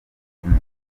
ingume